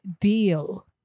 deal